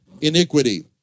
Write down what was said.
iniquity